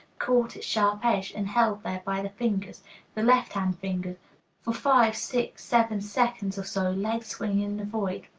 caught its sharp edge and held there by the fingers the left-hand fingers for five, six, seven seconds or so, legs swinging in the void.